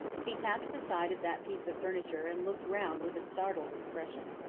he tapped the side of that piece of furniture and looked round with a startled expression.